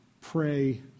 pray